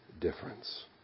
difference